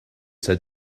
said